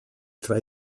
tra